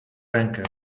rękę